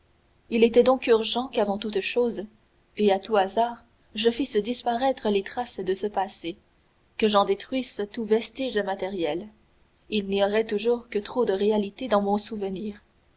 il était donc urgent qu'avant toute chose et à tout hasard je fisse disparaître les traces de ce passé que j'en détruisisse tout vestige matériel il n'y aurait toujours que trop de réalité dans mon souvenir